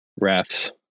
refs